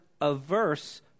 averse